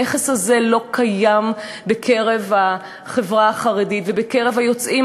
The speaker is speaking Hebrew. הנכס הזה לא קיים בחברה החרדית ובקרב היוצאים